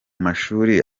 mashuri